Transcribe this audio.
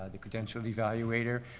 the credentialed evaluator,